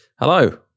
Hello